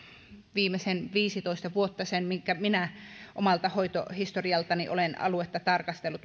viimeiset viisitoista vuotta sen minkä minä omalta hoitohistorialtani olen aluetta tarkastellut